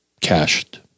cached